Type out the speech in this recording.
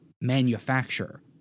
manufacture